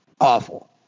awful